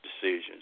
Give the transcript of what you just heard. decisions